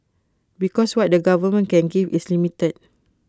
because what the government can give is limited